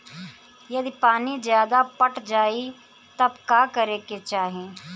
यदि पानी ज्यादा पट जायी तब का करे के चाही?